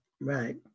Right